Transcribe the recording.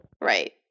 Right